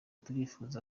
turifuza